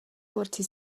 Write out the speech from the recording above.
porci